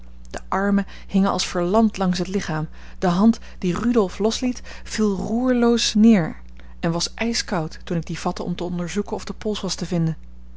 de armen hingen als verlamd langs het lichaam de hand die rudolf losliet viel roerloos neer en was ijskoud toen ik die vatte om te onderzoeken of de pols was te vinden